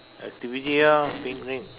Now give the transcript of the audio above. activity ah picnic